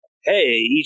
hey